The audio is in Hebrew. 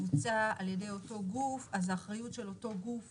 יבוצע על ידי אותו גוף, האם האחריות של אותו גוף